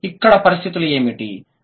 మరి ఇక్కడ పరిస్థితులు ఏమిటి